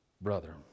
brother